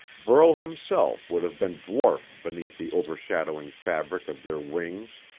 burl himself would have been dwarfed beneath the overshadowing fabric of their wings.